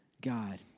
God